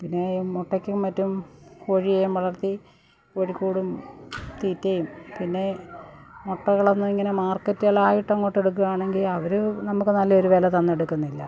പിന്നെ മൊട്ടയ്ക്കും മറ്റും കോഴിയെയും വളർത്തി കോഴിക്കൂടും തീറ്റയും പിന്നേം മൊട്ടകളൊന്നും ഇങ്ങനെ മാർക്കറ്റുകളായിട്ട് അങ്ങോട്ട് എടുക്കയാണെങ്കില് അവര് നമ്മുക്ക് നല്ല ഒരു വില തന്നെടുക്കുന്നില്ല